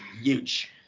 huge